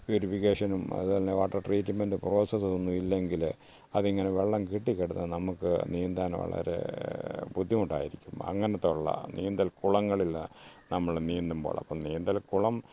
പ്യൂരിഫിക്കേഷനും അതുപോലത്തന്നെ വാട്ടർ ട്രീറ്റ്മെൻറ്റും പ്രോസസ് ഒന്നും ഇല്ലെങ്കിൽ അതിങ്ങനെ വെള്ളം കെട്ടിക്കിടന്ന് നമുക്ക് നീന്താൻ വളരെ ബുദ്ധിമുട്ടായിരിക്കും അങ്ങനെത്തെ ഉള്ള നീന്തൽ കുളങ്ങളിൽ നമ്മൾ നീന്തുമ്പോൾ അപ്പം നീന്തൽ കുളം